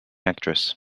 actress